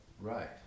Right